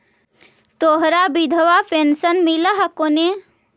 तोहरा विधवा पेन्शन मिलहको ने?